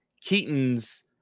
Keaton's